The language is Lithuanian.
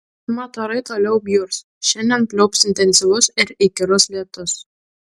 mat orai toliau bjurs šiandien pliaups intensyvus ir įkyrus lietus